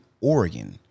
oregon